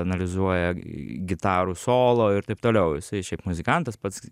analizuoja gitarų solo ir taip toliau jisai šiaip muzikantas pats